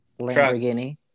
lamborghini